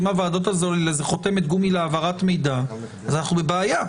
אם הוועדות זה חותמת גומי להעברת מידע אז אנחנו בבעיה.